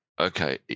okay